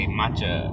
matcha